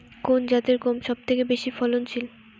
কোন জাতের গম সবথেকে বেশি ফলনশীল?